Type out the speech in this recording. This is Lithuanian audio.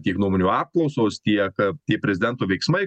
tiek nuomonių apklausos tiek tie prezidento veiksmai